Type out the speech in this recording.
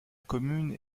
commune